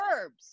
herbs